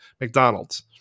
mcdonald's